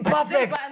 Perfect